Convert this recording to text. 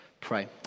Pray